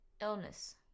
illness